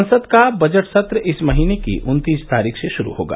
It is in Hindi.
संसद का बजट सत्र इस महीने की उन्तीस तारीख से शुरू होगा